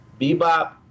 Bebop